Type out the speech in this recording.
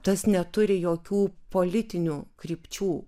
tas neturi jokių politinių krypčių